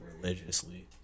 religiously